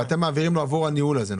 ואתם מעבירים לו עבור הניהול הזה,